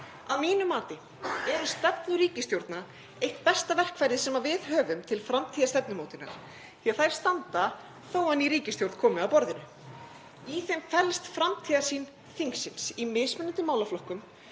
Að mínu mati eru stefnur ríkisstjórna eitt besta verkfærið til framtíðarstefnumótunar því að þær standa þó að ný ríkisstjórn komi að borðinu. Í þeim felst framtíðarsýn þingsins í mismunandi málaflokkum